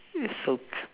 that's so